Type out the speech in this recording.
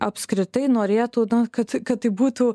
apskritai norėtų kad kad tai būtų